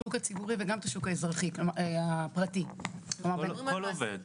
השוק הציבורי וגם את השוק הפרטי, כל עובד.